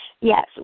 Yes